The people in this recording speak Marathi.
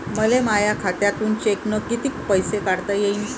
मले माया खात्यातून चेकनं कितीक पैसे काढता येईन?